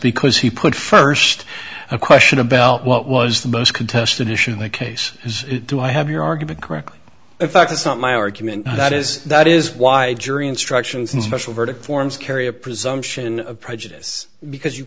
because he put first a question a bell what was the most contested issue in the case is do i have your argument correctly in fact its not my argument that is that is why jury instructions and special verdict forms carry a presumption of prejudice because you